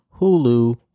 Hulu